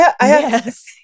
Yes